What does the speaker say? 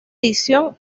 edición